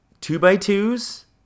two-by-twos